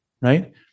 right